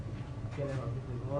בכלב.